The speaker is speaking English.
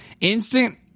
Instant